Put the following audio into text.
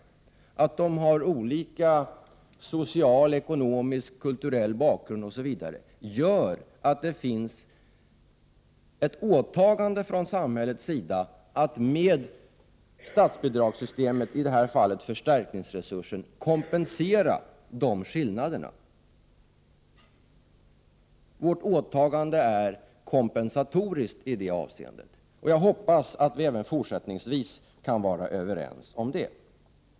1988/89:63 social, ekonomisk och kulturell bakgrund. Därför finns det ett åtagande från 8 februari 1989 samhällets sida att med statsbidragssystemet, i det här fallet förstärkningsresursen, åstadkomma kompensation just när det gäller sådana skillnader. Vårt åtagande är alltså kompensatoriskt i det avseendet. Jag hoppas att vi även fortsättningsvis kan vara överens om det.